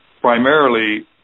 primarily